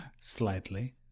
slightly